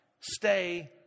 Stay